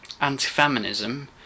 anti-feminism